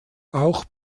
auch